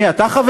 מי, אתה חברי?